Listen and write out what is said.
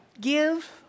give